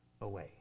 away